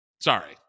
Sorry